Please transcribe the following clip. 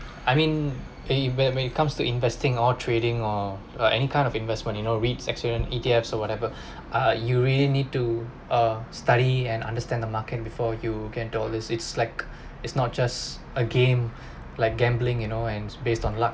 I mean a bad when it comes to investing all trading or or any kind of investment you know reads accident idiots or whatever uh you really need to study and understand the market before you can dollars it's slack is not just a game like gambling you know and based on lah